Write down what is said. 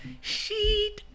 Sheet